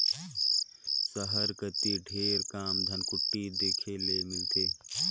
सहर कती ढेरे कम धनकुट्टी देखे ले मिलथे